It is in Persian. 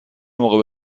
موقع